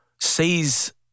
sees